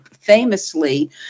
famously